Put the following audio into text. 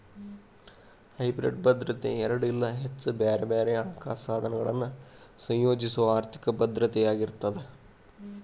hybrid ಭದ್ರತೆ ಎರಡ ಇಲ್ಲಾ ಹೆಚ್ಚ ಬ್ಯಾರೆ ಬ್ಯಾರೆ ಹಣಕಾಸ ಸಾಧನಗಳನ್ನ ಸಂಯೋಜಿಸೊ ಆರ್ಥಿಕ ಭದ್ರತೆಯಾಗಿರ್ತದ